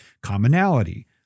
commonality